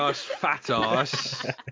fat-ass